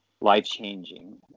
life-changing